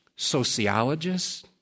sociologists